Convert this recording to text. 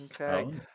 Okay